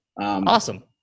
Awesome